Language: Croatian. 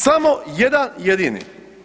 Samo jedan jedini.